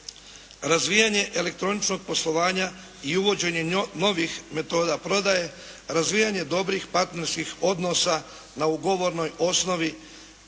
razvijanje elektroničkog poslovanja i uvođenje novih metoda prodaje, razvijanje dobrih partnerskih odnosa na ugovornoj osnovi